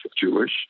Jewish